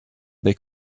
they